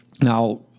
now